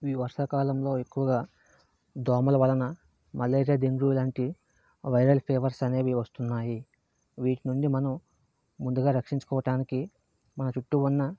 ఈ వర్షాకాలంలో ఎక్కువగా దోమల వలన మలేరియా డెంగ్యూ లాంటి వైరల్ ఫీవర్స్ అనేవి వస్తున్నాయి వీటి నుండి మనం ముందుగా రక్షించుకోవడానికి మన చుట్టూ ఉన్న